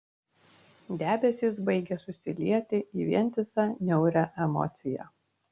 debesys baigė susilieti į vientisą niaurią emociją